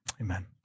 amen